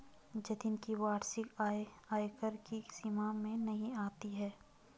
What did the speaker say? जतिन की वार्षिक आय आयकर की सीमा में नही आती है